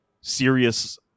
serious